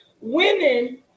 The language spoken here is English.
Women